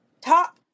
Top